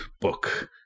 book